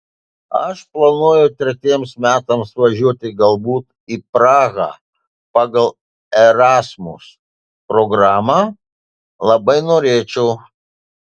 aš planuoju tretiems metams važiuoti galbūt į prahą pagal erasmus programą labai norėčiau